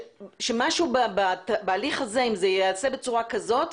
משהו בהליך הזה, אם זה ייעשה בצורה כזאת,